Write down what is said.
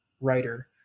writer